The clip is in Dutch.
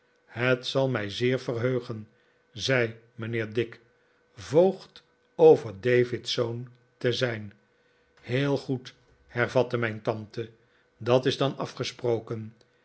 het zal mij zeer verheugen zei mijnheer dick voogd over david's zoon te zijn heel goed hervatte mijn tante dat is dan afgesproken